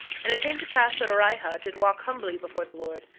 and it came to pass that orihah did walk humbly before the lord,